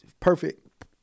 Perfect